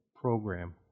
program